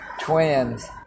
twins